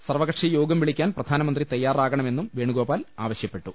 സർവ്വകക്ഷിയോഗം വിളിക്കാൻ പ്രധാനമന്ത്രി തയ്യാറകണമെന്നും വേണുഗോപാൽ ആവശ്യപ്പെട്ടു